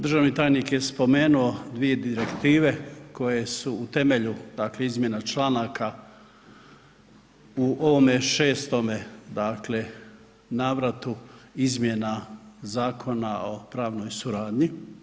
Državni tajnik je spomenuo dvije direktive koje su u temelju dakle, izmjenama članaka u ovome 6. navratu izmjena Zakona o pravnoj suradnji.